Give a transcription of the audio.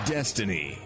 Destiny